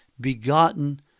begotten